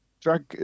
drug